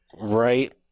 right